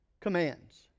commands